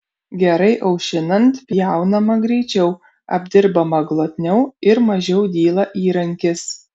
gerai aušinant pjaunama greičiau apdirbama glotniau ir mažiau dyla įrankis